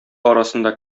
арасында